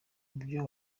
byo